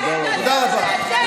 תודה רבה.